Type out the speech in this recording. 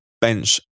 bench